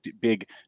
big